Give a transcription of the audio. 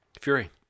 Fury